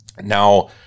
Now